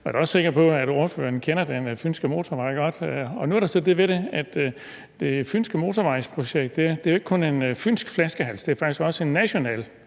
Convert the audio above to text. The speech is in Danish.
jeg er da også sikker på, at ordføreren kender Fynske Motorvej godt. Og nu er der så det ved det, at i forhold til det fynske motorvejsprojekt er det jo ikke kun en fynsk flaskehals, for det er faktisk også en national